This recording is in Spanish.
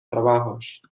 trabajos